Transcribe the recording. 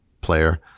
player